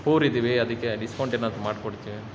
poor ಇದ್ದೀವಿ ಅದಕ್ಕೆ ಡಿಸ್ಕೌಂಟೇನಾದರೂ ಮಾಡ್ಕೊಡ್ತಿರ